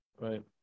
right